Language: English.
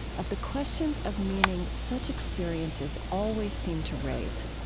of the questions of meaning such experiences always seem to raise.